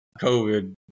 covid